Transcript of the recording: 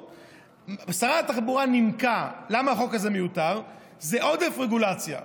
שרת התחבורה נימקה למה החוק הזה מיותר: זה עודף רגולציה.